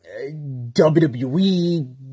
WWE